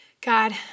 God